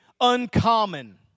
uncommon